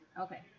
Okay